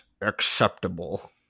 Acceptable